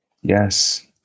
yes